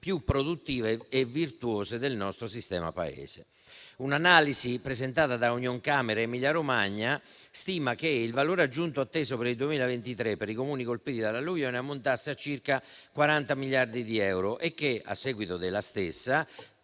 più produttive e virtuose del nostro sistema Paese. Un'analisi presentata da Unioncamere Emilia-Romagna stima che il valore aggiunto atteso per il 2023 per i Comuni colpiti dall'alluvione ammontasse a circa 40 miliardi di euro e che, a seguito della stessa,